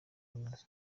nazo